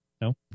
No